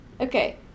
Okay